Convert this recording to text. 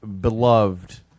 beloved